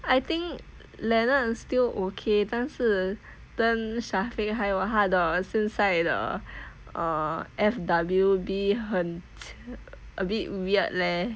I think leonard is still okay 但是跟 shafiq 还有他的现在的 uh F_W_B 很 a bit weird leh